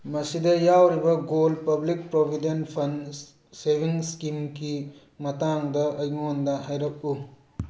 ꯃꯁꯤꯗ ꯌꯥꯎꯔꯤꯕ goal public provident funds ꯁꯦꯕꯤꯡ ꯁ꯭ꯀꯤꯝꯒꯤ ꯃꯇꯥꯡꯗ ꯑꯩꯉꯣꯟꯗ ꯍꯥꯏꯔꯛꯎ